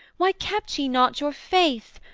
why kept ye not your faith?